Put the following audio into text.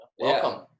welcome